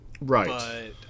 Right